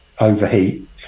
overheat